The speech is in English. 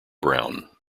brown